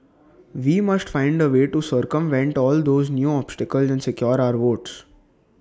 we must find A way to circumvent all these new obstacles and secure our votes